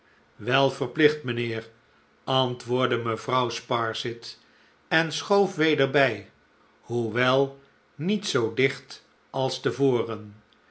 wel v erplicht mijnheer antwoprdde mevrouw sparsit en schoof weder bij lioewel niet zoo dicht als te voren